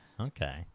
Okay